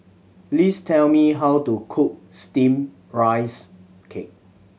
please tell me how to cook Steamed Rice Cake